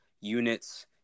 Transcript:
units